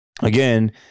again